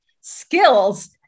skills